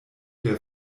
der